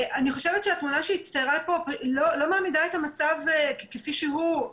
התמונה שהצטיירה פה לא מעמידה את המצב כפי שהוא,